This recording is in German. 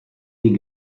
den